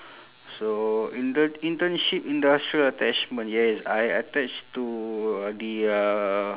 so inte~ internship industrial attachment yes I attached to uh the uh